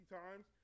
times